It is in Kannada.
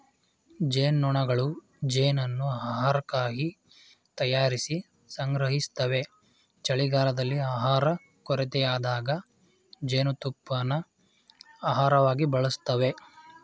ಜೇನ್ನೊಣಗಳು ಜೇನನ್ನು ಆಹಾರಕ್ಕಾಗಿ ತಯಾರಿಸಿ ಸಂಗ್ರಹಿಸ್ತವೆ ಚಳಿಗಾಲದಲ್ಲಿ ಆಹಾರ ಕೊರತೆಯಾದಾಗ ಜೇನುತುಪ್ಪನ ಆಹಾರವಾಗಿ ಬಳಸ್ತವೆ